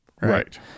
right